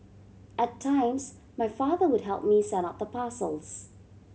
at times my father would help me send out the parcels